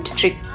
trick